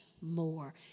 more